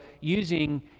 using